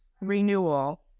renewal